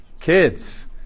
kids